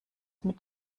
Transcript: mit